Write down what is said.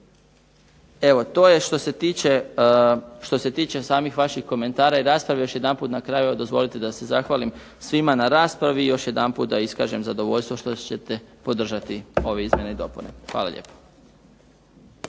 Evo to je što se tiče samih vaših komentara i rasprava. Još jedanput na kraju evo dozvolite da se zahvalim svima na raspravi i još jedanputa iskažem zadovoljstvo što ćete podržati ove izmjene i dopune. Hvala lijepo.